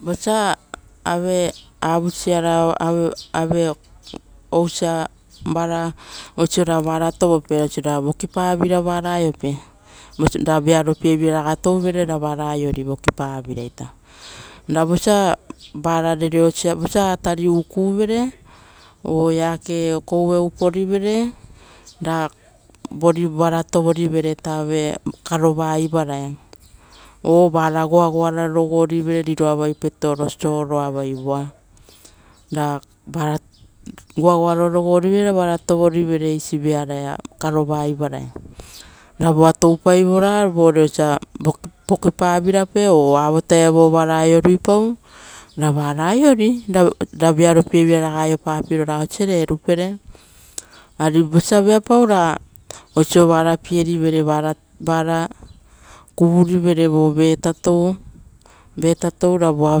Vosa ave abusara varuereara ave, ousa vara oisora vara tovope oisora vokipavira vara aiope-ra vearopievira vara aiope, ra vearopieraraga touvere ra varaita aiori ita vokipaviraita, ra vosa vara rereosia, vosa atari ukuvere keoriuvere o eake koue uporivere ra vori vara tovorivere vo ave karova iaraia or vara goagoarogorivere riroaia petoro sol avaka vai voa, ra vara goagoarogorivere ra vara tovori eisi viaraia karova ivaraia. Ra voa toupaivora vore vokipavirapa o avo taevu vutaoia vara aiouparuipau ra rara aiori. Ra veavopie viraraga aiopapira osare erupere. Ari vosa viopau ra oiso vara pierivere vara, vara kuvurivere. Vo vatato, vetatou, uva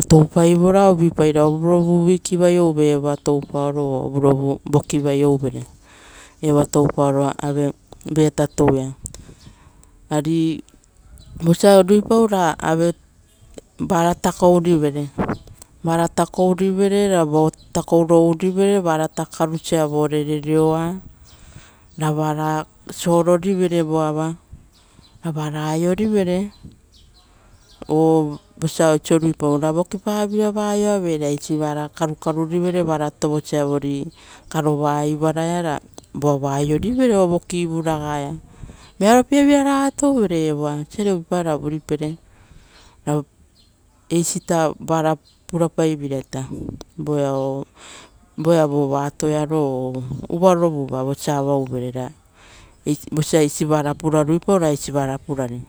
toupaivora uvuipai ra oviravaia week toupau vo o ovirovuva kovo vai aure evoa toupaoro ave vetatuia ari vosa uvuipau ra vara tako rivere, vara takourive ra vo takouro ourive varakarusa vore rereoa avara sol akurivere voava ra vara aiorivere, o vosa oiso ruipau ra vokipariva va aioavere ra eisi va karakarurivere vara tovosa vori karova ivaraia ra voava va aiorivere avokivuragaia. Vearopieraraga touvere evoa, osiare uvuipai ra vuripere, aup, eisita vara purapaiveiraita voea, voeau vora atoia o uvarovuva vosa avauvere vosa esi vara pura ruipau ra eisi vara purari.